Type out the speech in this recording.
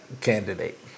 candidate